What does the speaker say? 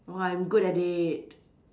!wah! I'm good at it